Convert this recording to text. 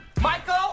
Michael